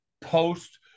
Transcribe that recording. post